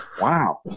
Wow